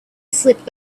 slipped